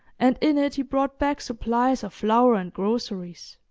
and in it he brought back supplies of flour and groceries.